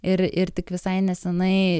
ir ir tik visai nesenai